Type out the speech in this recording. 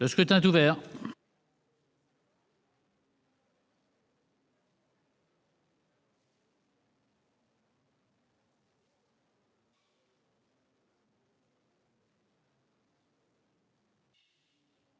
Le scrutin est ouvert.